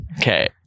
Okay